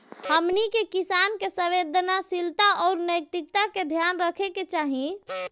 हमनी के किसान के संवेदनशीलता आउर नैतिकता के ध्यान रखे के चाही